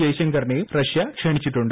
ജയ്ശങ്കറിനേയും Russia ക്ഷണിച്ചിട്ടുണ്ട്